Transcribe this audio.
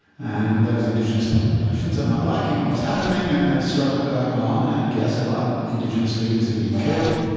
and those indigenous populations are not liking what's happening. and there's struggle going on. and guess what? indigenous leaders are being killed.